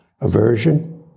Aversion